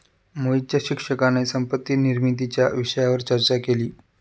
मोहितच्या शिक्षकाने संपत्ती निर्मितीच्या विषयावर चर्चा केली